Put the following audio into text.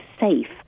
safe